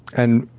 and